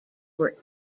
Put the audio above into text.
were